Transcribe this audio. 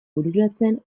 bururatzen